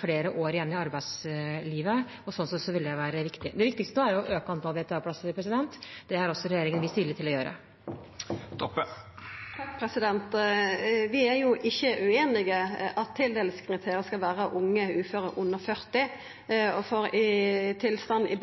flere år igjen i arbeidslivet. Slik sett vil det være riktig. Det viktigste nå er å øke antallet VTA-plasser. Det har regjeringen vist vilje til å gjøre. Vi er ikkje ueinige i at tildelingskriteriet skal være unge uføre under 40 år. Situasjonen i